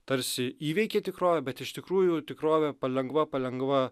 tarsi įveikė tikrovę bet iš tikrųjų tikrovė palengva palengva